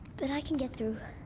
but i can get through.